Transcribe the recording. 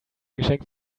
geschenk